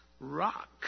rock